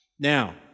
Now